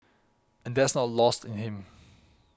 and that's not lost in him